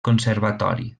conservatori